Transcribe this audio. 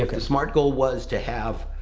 like smart goal was to have